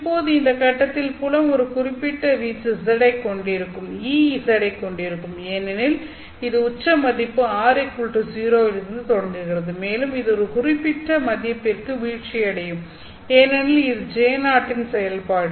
இப்போது இந்த கட்டத்தில் புலம் ஒரு குறிப்பிட்ட வீச்சு Ez க் கொண்டிருக்கும் ஏனெனில் இது உச்ச மதிப்பு r 0 இல் இருந்து தொடங்குகிறது மேலும் இது ஒரு குறிப்பிட்ட மதிப்பிற்கு வீழ்ச்சியடையும் ஏனெனில் இது J0 செயல்பாடு